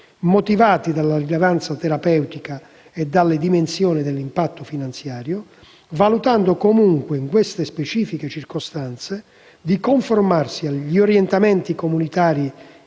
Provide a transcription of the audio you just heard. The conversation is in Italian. motivati dalla rilevanza terapeutica e dalle dimensioni dell'impatto finanziario - valutando comunque, anche in tali specifiche circostanze, di conformarsi agli orientamenti comunitari